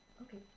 okay